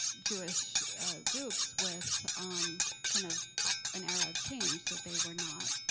jewish groups with um kind of an era of change that they were not